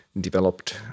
developed